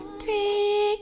three